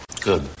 Good